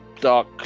dark